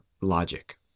logic